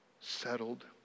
settled